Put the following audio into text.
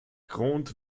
grant